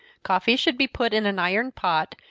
coffee should be put in an iron pot,